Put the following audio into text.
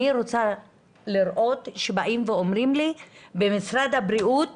אני רוצה לראות שבאים ואומרים לי שבמשרד הבריאות